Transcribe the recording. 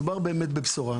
מדובר באמת בבשורה.